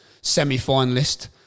semi-finalist